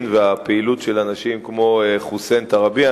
והפעילות של אנשים כמו חוסיין טרביה,